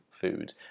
food